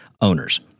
owners